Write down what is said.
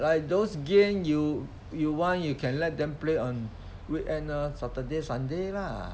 like those game you you want you can let them play on weekend ah saturday sunday lah